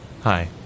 Hi